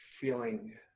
feeling